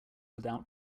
without